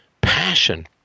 passion